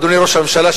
אדוני ראש הממשלה,